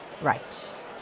right